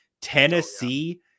Tennessee